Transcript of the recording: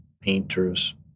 painters